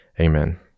Amen